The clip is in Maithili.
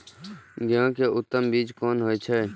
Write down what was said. गेंहू के उत्तम बीज कोन होय छे?